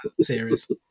series